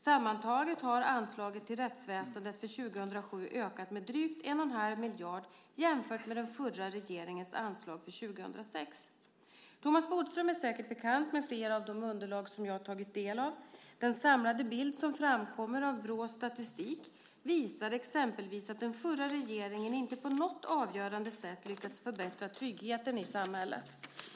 Sammantaget har anslaget till rättsväsendet för 2007 ökat med drygt 1 1⁄2 miljard jämfört med den förra regeringens anslag för 2006. Thomas Bodström är säkert bekant med flera av de underlag jag tagit del av. Den samlade bild som framkommer av Brås statistik visar exempelvis att den förra regeringen inte på något avgörande sätt lyckats förbättra tryggheten i samhället.